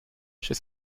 she